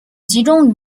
集中